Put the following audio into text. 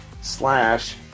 slash